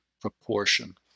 proportion